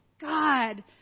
God